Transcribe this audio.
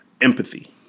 empathy